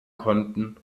konnten